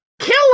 Kill